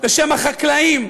בשם החקלאים,